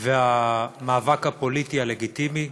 והמאבק הפוליטי הלגיטימי,